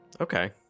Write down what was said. Okay